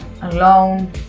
alone